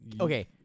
Okay